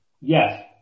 Yes